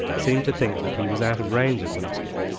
seemed to think that he was out of range of the musket,